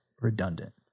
redundant